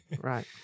Right